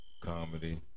Comedy